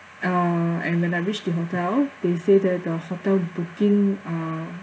uh and when I reached the hotel they say that the hotel booking uh